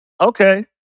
Okay